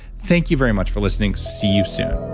thank you very much for listening see you soon